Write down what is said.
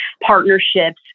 partnerships